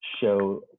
show